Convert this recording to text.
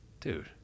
dude